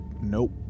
Nope